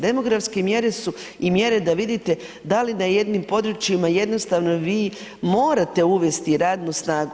Demografske mjere su i mjere da vidite da li na jednim područjima jednostavno vi morate uvesti radnu snagu.